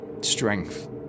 Strength